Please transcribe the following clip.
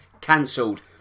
cancelled